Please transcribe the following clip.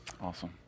Awesome